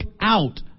out